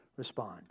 respond